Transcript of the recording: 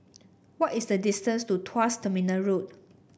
what is the distance to Tuas Terminal Road